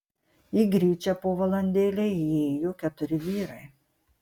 į gryčią po valandėlei įėjo keturi vyrai